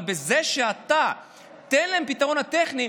אבל בזה שאתה נותן להם את הפתרון הטכני,